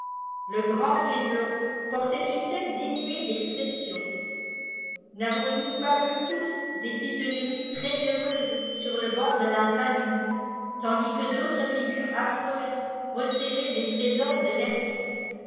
te grand fénelon portait une tête dénuée d expression n'avons-nous pas vu tous des physionomies très heureuses sur le banc de l'infamie tandis que d'autres figures affreuses recelaient des tiésors de vertus